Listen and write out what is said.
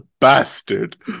bastard